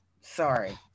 sorry